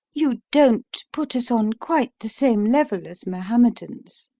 you don't put us on quite the same level as mohammedans.